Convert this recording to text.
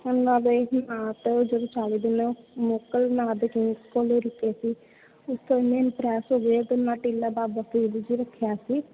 ਉਨ੍ਹਾਂ ਦੇ ਹੀ ਨਾਂ ਤੋਂ ਜਦੋਂ ਚਾਲੀ ਦਿਨ ਮੋਕਲ ਨਾਂ ਦੇ ਕਿੰਗ ਕੋਲ ਰੁਕੇ ਸੀ ਉਸ ਤੋਂ ਇੰਨੇ ਇੰਪਰੈਸ ਹੋ ਗਏ ਤਾਂ ਉਨ੍ਹਾਂ ਟਿੱਲਾ ਬਾਬਾ ਫ਼ਰੀਦ ਜੀ ਰੱਖਿਆ ਸੀ